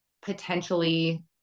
potentially